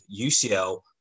UCL